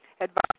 advice